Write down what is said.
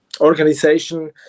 organization